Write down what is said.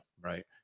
right